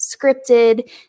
scripted